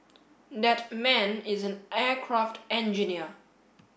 that man is an aircraft engineer